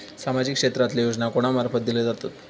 सामाजिक क्षेत्रांतले योजना कोणा मार्फत दिले जातत?